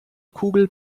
kugel